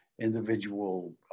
individual